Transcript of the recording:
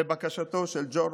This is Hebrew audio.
לבקשתו של ג'ורג'